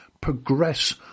progress